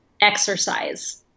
exercise